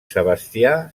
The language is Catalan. sebastià